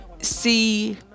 see